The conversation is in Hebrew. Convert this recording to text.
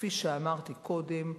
כפי שאמרתי קודם: